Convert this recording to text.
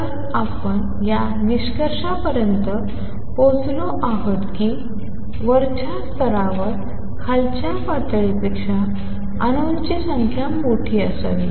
तर आपण या निष्कर्षापर्यंत पोहोचलो आहोत की वरच्या स्तरावर खालच्या पातळीपेक्षा अणूंची संख्या मोठी असावी